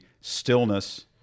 stillness